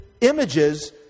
images